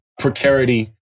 precarity